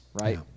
right